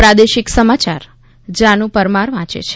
પ્રાદેશિક સમાચાર જાનુ પરમાર વાંચે છે